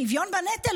שוויון בנטל,